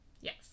Yes